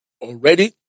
already